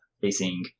facing